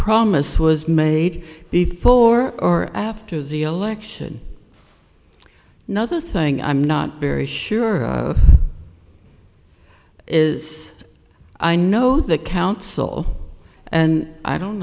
promise was made before or after the election nother thing i'm not very sure is i know the council and i don't